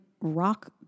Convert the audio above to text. rock